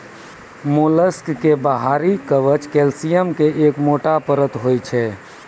mollusc के बाहरी कवच कैल्सियम के एक मोटो परत होय छै